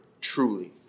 truly